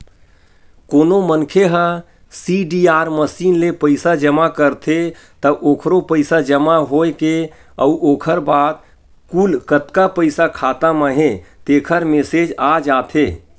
कोनो मनखे ह सीडीआर मसीन ले पइसा जमा करथे त ओखरो पइसा जमा होए के अउ ओखर बाद कुल कतका पइसा खाता म हे तेखर मेसेज आ जाथे